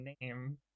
name